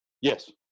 Yes